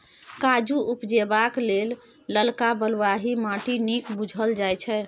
काजु उपजेबाक लेल ललका बलुआही माटि नीक बुझल जाइ छै